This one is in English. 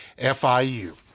FIU